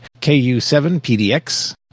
KU7PDX